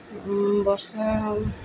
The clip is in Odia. ବର୍ଷା